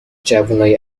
جوونای